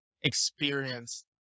experience